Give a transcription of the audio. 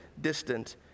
distant